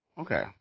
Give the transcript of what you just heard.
Okay